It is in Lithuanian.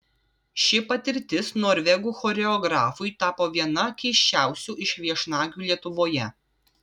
ši patirtis norvegų choreografui tapo viena keisčiausių iš viešnagių lietuvoje